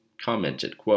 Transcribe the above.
commented